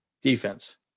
defense